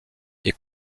est